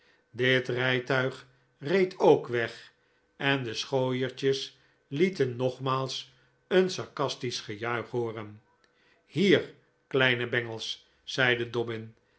dit rijtuig reed ook weg en de schooiertjes lieten nogmaals een sarcastisch gejuich hooren hier kleine bengels zeide dobbin